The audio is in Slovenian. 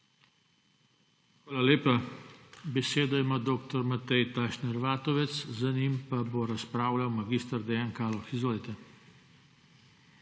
Hvala lepa. Besedo ima dr. Matej Tašner Vatovec, za njim pa bo razpravljal mag. Dejan Kaloh. Izvolite.